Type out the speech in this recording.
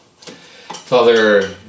Father